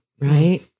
Right